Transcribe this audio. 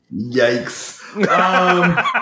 Yikes